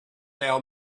our